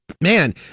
Man